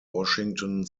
washington